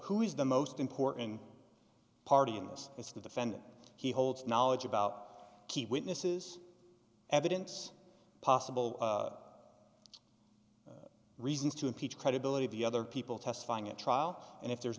who is the most important party in this case the defendant he holds knowledge about key witnesses evidence possible reasons to impeach credibility of the other people testifying at trial and if there's